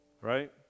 right